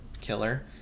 killer